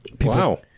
Wow